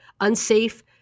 unsafe